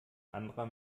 anderer